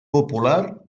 popular